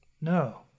No